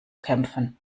kämpfen